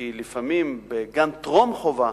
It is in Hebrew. כי לפעמים בגן טרום-חובה,